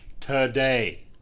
today